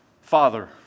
Father